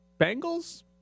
Bengals